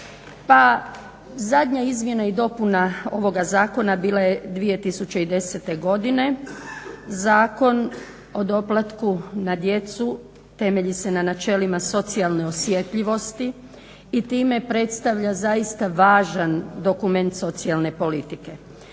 Pa zadnja izmjena i dopuna ovoga Zakona bila je 2010. godine. Zakon o doplatku na djecu temelji se na načelima socijalne osjetljivosti i time predstavlja zaista važan dokument socijalne politike.